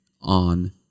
on